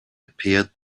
appeared